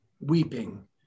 weeping